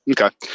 Okay